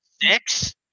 Six